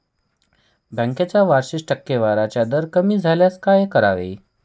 बँकेचा वार्षिक टक्केवारीचा दर कमी झाल्यास काय करावे?